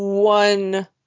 One